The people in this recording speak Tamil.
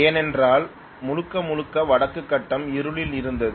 ஏனென்றால் முழுக்க முழுக்க வடக்கு கட்டம் இருளில் இருந்தது